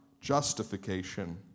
justification